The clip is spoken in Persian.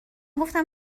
گفتم